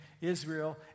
Israel